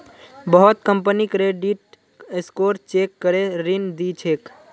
बहुत company credit score check करे ऋण दी छेक